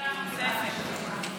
שאילתה נוספת.